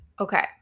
Okay